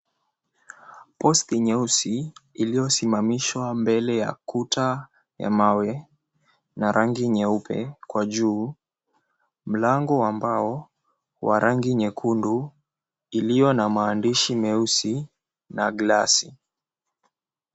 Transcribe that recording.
Posti nyeusi iliyosimamishwa mbele ya kuta ya mawe na rangi nyeupe, kwa juu mlango wa mbao wa rangi nyekundu iliyo na maandishi meusi na glasi.